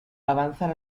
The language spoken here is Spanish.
avanzan